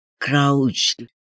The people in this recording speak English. crouched